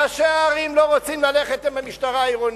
ראשי הערים לא רוצים ללכת עם המשטרה העירונית.